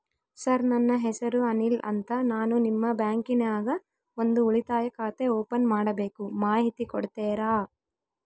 Sir ನನ್ನ ಹೆಸರು ಅನಿಲ್ ಅಂತ ನಾನು ನಿಮ್ಮ ಬ್ಯಾಂಕಿನ್ಯಾಗ ಒಂದು ಉಳಿತಾಯ ಖಾತೆ ಓಪನ್ ಮಾಡಬೇಕು ಮಾಹಿತಿ ಕೊಡ್ತೇರಾ?